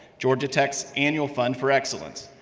georgia tech's annual fund for excellence.